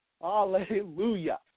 Hallelujah